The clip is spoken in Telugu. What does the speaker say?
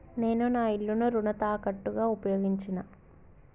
నేను నా ఇల్లును రుణ తాకట్టుగా ఉపయోగించినా